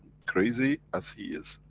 crazy, as he is.